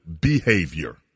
behavior